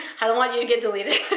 i don't want you to get deleted.